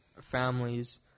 families